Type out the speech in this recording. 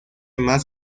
más